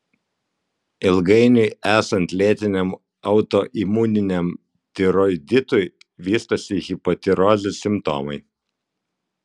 ilgainiui esant lėtiniam autoimuniniam tiroiditui vystosi hipotirozės simptomai